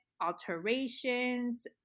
alterations